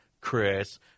Chris